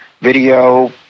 video